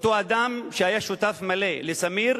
אותו אדם שהיה שותף מלא לסמיר,